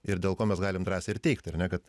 ir dėl ko mes galim drąsiai ir teigti kad